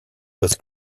was